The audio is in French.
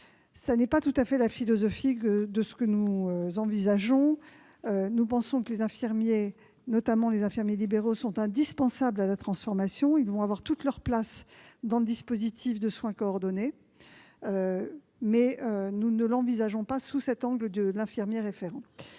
ne correspond pas à notre philosophie. Nous pensons que les infirmiers, notamment les infirmiers libéraux, sont indispensables à la transformation. Ils auront toute leur place dans le dispositif de soins coordonnés, mais nous ne l'envisageons pas sous l'angle de l'infirmier référent.